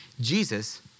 Jesus